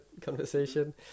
conversation